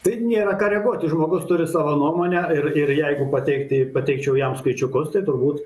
tai nėra ką reaguoti žmogus turi savo nuomonę ir jeigu pateikti pateikčiau jam skaičiukus tai turbūt